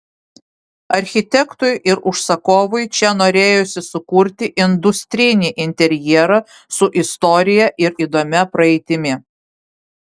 architektui ir užsakovui čia norėjosi sukurti industrinį interjerą su istorija ir įdomia praeitimi